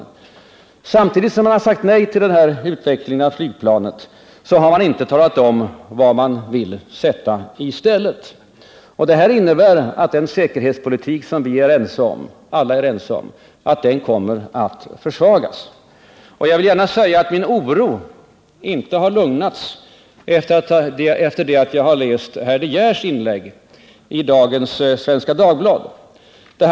Regeringen har sagt nej till utveckling av ett svenskt attackflygplan, men man har inte talat om vad man vill sätta i stället. Detta innebär att den säkerhetspolitik som vi alla är ense om kommer att försvagas. Och jag vill gärna säga att min oro inte har lugnats efter det att jag har läst försvarsminister De Geers inlägg i dagens nummer av Svenska Dagbladet.